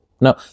no